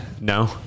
no